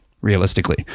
realistically